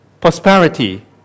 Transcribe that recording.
Prosperity